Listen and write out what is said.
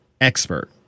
expert